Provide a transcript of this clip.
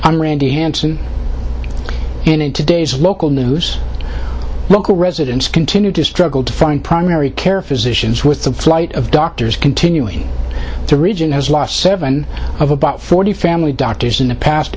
i'm randi hanson in today's local news local residents continue to struggle to find primary care physicians with the flight of doctors continuing to region has lost seven of about forty family doctors in the past